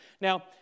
Now